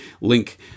link